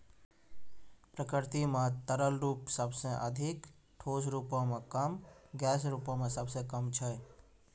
प्रकृति म तरल रूप सबसें अधिक, ठोस रूपो म कम, गैस रूपो म सबसे कम छै